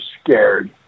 scared